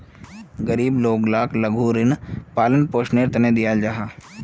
गरीब लोग लाक लघु ऋण पालन पोषनेर तने दियाल जाहा